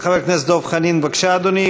חבר הכנסת דב חנין, בבקשה, אדוני.